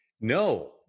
no